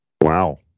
Wow